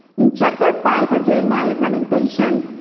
in chapter five of jeremiah's lamenations,